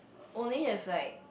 only if like